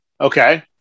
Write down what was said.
Okay